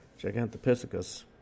Gigantopithecus